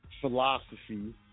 philosophy